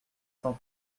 cent